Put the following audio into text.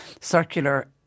circular